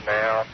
now